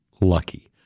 lucky